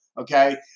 okay